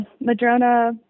Madrona